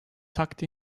tucked